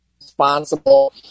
responsible